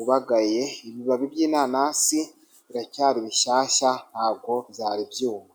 ubagaye, ibibabi by'inanasi biracyari bishyashya ntabwo byari ibyuma.